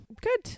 Good